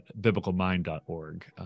biblicalmind.org